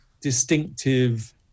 distinctive